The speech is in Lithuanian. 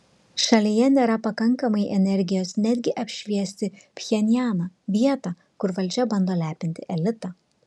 šalyje nėra pakankamai energijos netgi apšviesti pchenjaną vietą kur valdžia bando lepinti elitą